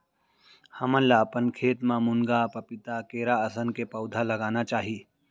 हमन ल अपन खेत म मुनगा, पपीता, केरा असन के पउधा लगाना चाही